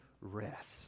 rest